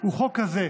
הוא חוק כזה,